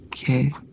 Okay